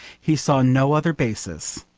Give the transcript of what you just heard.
he saw no other basis.